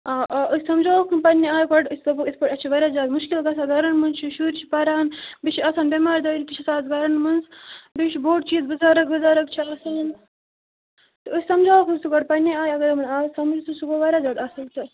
آ آ أسۍ سَمجھاوَہوکھ یِم پنٕنہِ آیہِ گۄڈٕ أسۍ دَپہوکھ یِتھٕ پٲٹھۍ اَسہِ چھُ واریاہ زیادٕ مُشکِل گژھان گَرَن منٛز چھِ شُرۍ چھِ پَران بیٚیہِ چھِ آسان بٮ۪مار دٲری تہِ چھِ آسان گَرَن منٛز بیٚیہِ چھُ بوٚڈ چیٖز بُزَرٕگ وُزَرٕگ چھِ آسان تہٕ أسۍ سَمجاوَہوکھ سُہ گۄڈٕ پَنٕنہِ آیہِ اگر یِمَن آو سَمج تہٕ سُہ گوٚو واریاہ زیادٕ اَصٕل تہٕ